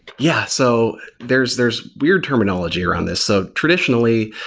yeah. so there's there's weird terminology around this. so, traditionally,